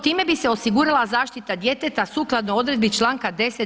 Time bi se osigurala zaštita djeteta sukladno odredbi čl. 10.